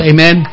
Amen